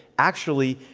actually,